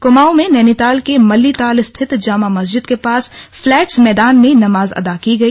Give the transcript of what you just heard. कुमाऊं में नैनीताल के मल्ली ताल स्थित जामा मस्जिद के पास फ्लैट्स मैदान में नमाज अदा की गई